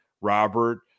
Robert